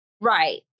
Right